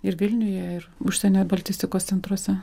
ir vilniuje ir užsienio baltistikos centruose